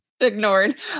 ignored